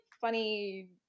funny